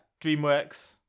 DreamWorks